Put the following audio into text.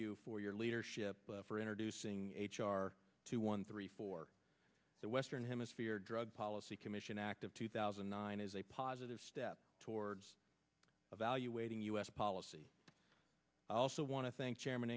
you for your leadership for introducing h r two one three four the western hemisphere drug policy commission act of two thousand and nine is a positive step towards evaluating u s policy i also want to thank chairman